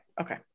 okay